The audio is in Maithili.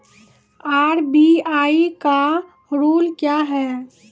आर.बी.आई का रुल क्या हैं?